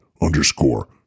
underscore